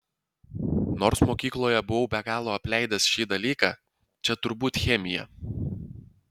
nors mokykloje buvau be galo apleidęs šį dalyką čia turbūt chemija